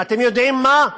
ואתם יודעים מה?